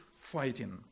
fighting